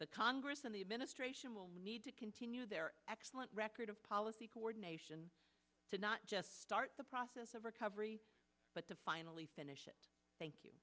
the congress and the administration will need to continue their excellent record of policy coordination to not just start the process of recovery but to finally finish it thank you